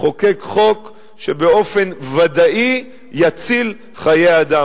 לחוקק חוק שבאופן ודאי יציל חיי אדם.